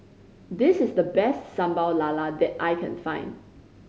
this is the best Sambal Lala that I can find